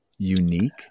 unique